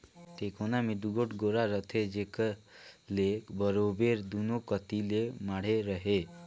टेकोना मे दूगोट गोड़ा रहथे जेकर ले बरोबेर दूनो कती ले माढ़े रहें